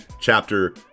chapter